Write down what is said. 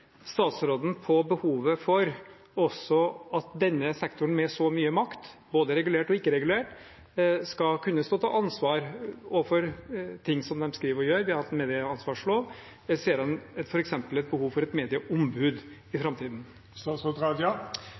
statsråden på behovet for at også denne sektoren med så mye makt, både regulert og ikke-regulert, skal kunne stå til ansvar for ting som de skriver og gjør? Vi har hatt en medieansvarslov. Ser han f.eks. behov for et medieombud i framtiden?